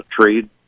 trade